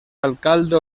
alcalde